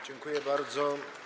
Dziękuję bardzo.